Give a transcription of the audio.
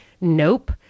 nope